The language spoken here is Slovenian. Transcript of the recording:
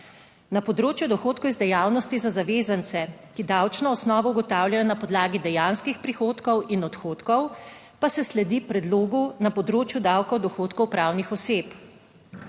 Na področju dohodkov iz dejavnosti za zavezance, ki davčno osnovo ugotavljajo na podlagi dejanskih prihodkov in odhodkov, pa se sledi predlogu na področju davka od dohodkov pravnih oseb.